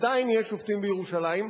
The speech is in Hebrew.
עדיין יש שופטים בירושלים,